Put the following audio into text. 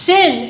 Sin